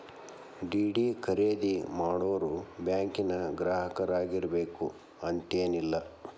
DD ಖರೇದಿ ಮಾಡೋರು ಬ್ಯಾಂಕಿನ್ ಗ್ರಾಹಕರಾಗಿರ್ಬೇಕು ಅಂತೇನಿಲ್ಲ